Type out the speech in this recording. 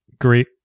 great